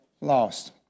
lost